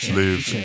live